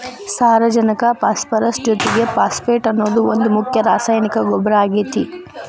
ಸಾರಜನಕ ಪಾಸ್ಪರಸ್ ಜೊತಿಗೆ ಫಾಸ್ಫೇಟ್ ಅನ್ನೋದು ಒಂದ್ ಮುಖ್ಯ ರಾಸಾಯನಿಕ ಗೊಬ್ಬರ ಆಗೇತಿ